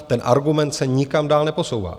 Ten argument se nikam dál neposouvá.